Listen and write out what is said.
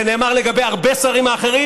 זה נאמר לגבי הרבה שרים אחרים,